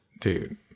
dude